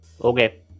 Okay